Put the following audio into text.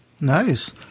Nice